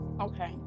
Okay